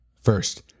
First